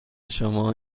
شما